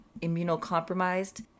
immunocompromised